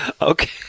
Okay